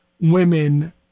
women